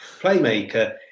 playmaker